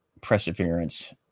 Perseverance